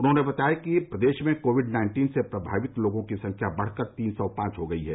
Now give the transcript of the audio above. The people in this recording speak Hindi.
उन्होंने बताया कि प्रदेश में कोविड नाइन्टीन से प्रभावित लोगों की संख्या बढ़कर तीन सौ पांच हो गई है